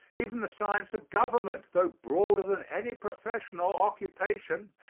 even the science of government, tho broader than any profession or occupation,